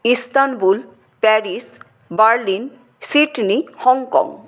Istanbul Paris Berlin Sydney Hong Kong